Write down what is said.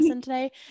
today